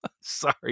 Sorry